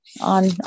On